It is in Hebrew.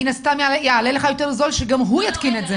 מן הסתם יעלה לך יותר זול שגם הוא יתקין את זה.